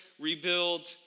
rebuild